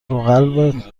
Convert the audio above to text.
قلبت